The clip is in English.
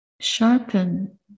sharpen